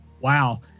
wow